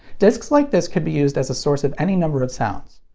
discs like this could be used as a source of any number of sounds.